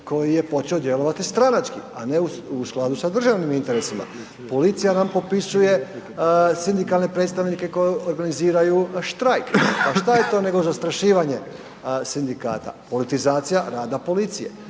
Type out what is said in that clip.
koji je počeo djelovati stranački, a ne u skladu sa državnim interesima. Policija nam popisuje sindikalne predstavnike koji organiziraju štrajk, a šta je to nego zastrašivanje sindikata, politizacija rada policije,